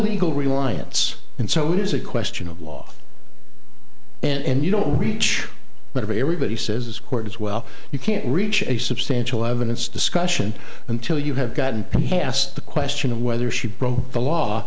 illegal reliance and so it is a question of law and you don't reach but everybody says this court is well you can't reach a substantial evidence discussion until you have gotten past the question of whether she broke the law